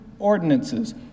ordinances